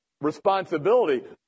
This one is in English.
responsibility